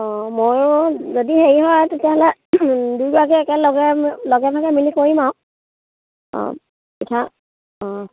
অঁ ময়ো যদি হেৰি হয় তেতিয়াহ'লে দুইটাকে একে লগে লগে ভাগে মিলি কৰিম আৰু অঁ পিঠা অঁ